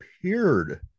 appeared